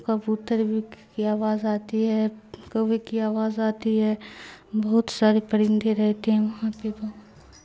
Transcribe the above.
کبوتر بھی کی آواز آتی ہے کوبے کی آواز آتی ہے بہت سارے پرندے رہتے ہیں وہاں پہ بت